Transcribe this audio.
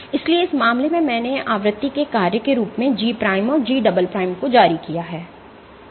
इसलिए इस मामले में मैंने आवृत्ति के कार्य के रूप में G' और G" को जारी किया है